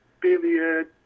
billiard